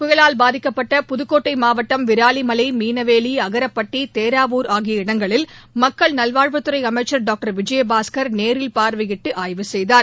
புயலால் பாதிக்கப்பட்ட புதுக்கோட்டை மாவட்டம் விராலிமலை மீனவேலி அகரப்பட்டி தேராவூர் ஆகிய இடங்களில் மக்கள் நல்வாழ்வுத் துறை அமைச்சர் டாக்டர் விஜயபாஸ்கர் நேரில் பார்வையிட்டு ஆய்வு செய்தார்